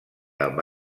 amb